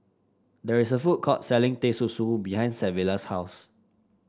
there is a food court selling Teh Susu behind Savilla's house